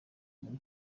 muri